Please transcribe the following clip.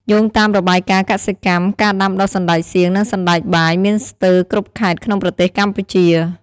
យោងតាមរបាយការណ៍កសិកម្ម ការដាំដុះសណ្ដែកសៀង និងសណ្ដែកបាយមានស្ទើរគ្រប់ខេត្តក្នុងប្រទេសកម្ពុជា។